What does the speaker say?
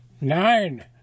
Nine